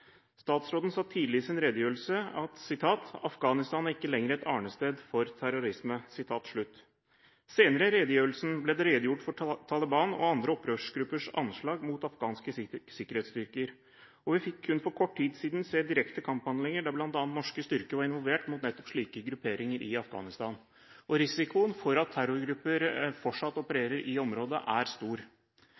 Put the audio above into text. Statsråden sa tidlig i redegjørelsen: «Afghanistan er ikke lenger et arnested for internasjonal terrorisme.» Senere i redegjørelsen ble det redegjort for Talibans og andre opprørsgruppers anslag mot afghanske sikkerhetsstyrker, og vi fikk for kun kort tid siden se direkte kamphandlinger, der bl.a. norske styrker var involvert, mot nettopp slike grupperinger i Afghanistan. Risikoen for at terrorgrupper fortsatt opererer i området er stor.